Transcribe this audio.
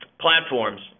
platforms